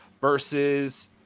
versus